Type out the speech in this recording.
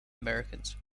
americans